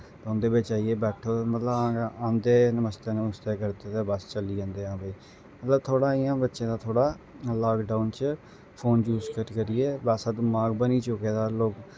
ते उं'दे बिच्च आइयै बैठे मतलब औंदे नमस्ते नमुस्ते कीते ते बस चली जंदे मतलब थोह्ड़ा इ'यां बच्चें दा थोह्ड़ा लाकडाउन च फोन यूस करी करियै बैसा दमाक बनी चुके दा